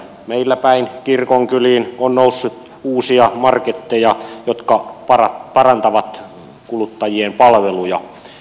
meilläpäin kirkonkyliin on noussut uusia marketteja jotka parantavat kuluttajien palveluja